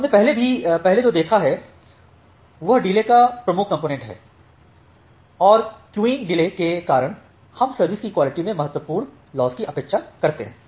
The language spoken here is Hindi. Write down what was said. हमने पहले जो देखा है वह डिले का प्रमुख कॉम्पोनेन्ट है और क्यूइंग डिले के कारण हम सर्विस की क्वालिटी में महत्वपूर्ण लॉस की अपेक्षा करते हैं